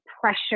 pressure